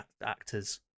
actors